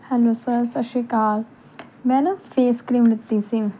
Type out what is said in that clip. hello sir ਸਤਿ ਸ਼੍ਰੀ ਅਕਾਲ ਮੈਂ ਨਾ ਫੇਸ ਕਰੀਮ ਲਿੱਤੀ ਸੀ